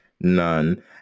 none